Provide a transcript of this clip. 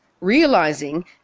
Realizing